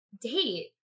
date